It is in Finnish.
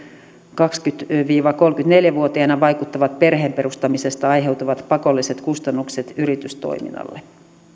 kaksikymmentä viiva kolmekymmentäneljä vuotiaina vaikuttavat perheen perustamisesta aiheutuvat pakolliset kustannukset yritystoiminnalle